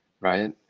right